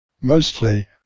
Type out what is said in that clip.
Mostly